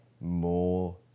more